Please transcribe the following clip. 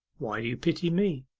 why do you pity me